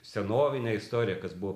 senovinę istoriją kas buvo